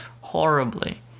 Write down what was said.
horribly